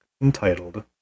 entitled